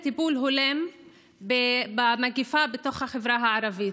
טיפול הולם במגפה בתוך החברה הערבית.